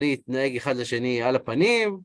להתנהג אחד לשני על הפנים.